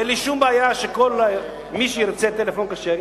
אין לי שום בעיה שכל מי שירצה טלפון כשר,